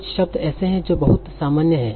कुछ शब्द ऐसे हैं जो बहुत सामान्य हैं